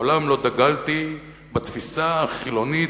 מעולם לא דגלתי בתפיסה החילונית,